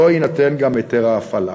שלו יינתן גם היתר הפעלה.